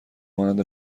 مانند